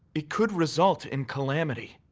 it could result in calamity.